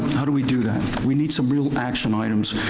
how do we do that? we need some real action items,